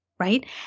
Right